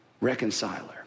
reconciler